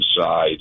side